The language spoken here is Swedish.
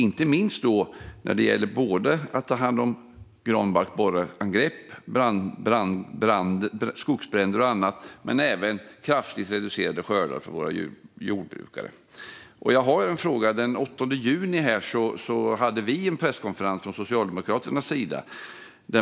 Det gäller både förberedelser för att ta hand om granbarkborreangrepp, skogsbränder och annat och förberedelser för att ta hand om kraftigt reducerade skördar för våra jordbrukare. Den 8 juni hade vi en presskonferens från Socialdemokraternas sida.